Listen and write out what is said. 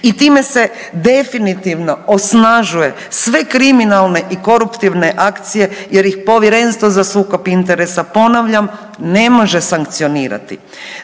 i time se definitivno osnažuje sve kriminalne i koruptivne akcije jer ih Povjerenstvo za sukob interesa ponavljam ne može sankcionirati.